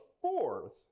fourth